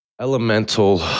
elemental